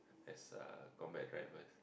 as a combat driver